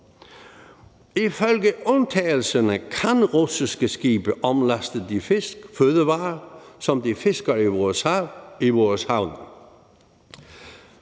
Ifølge undtagelserne kan russiske skibe omlaste de fisk, som de fisker i vores hav,